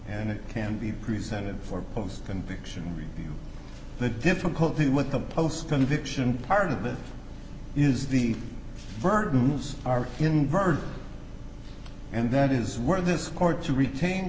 and it can be presented for post conviction review the difficulty with the post conviction part of it is the virtues are in birds and that is where this court to retain